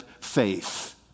faith